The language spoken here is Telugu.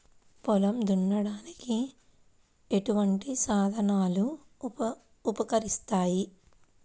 పొలం దున్నడానికి ఎటువంటి సాధనలు ఉపకరిస్తాయి?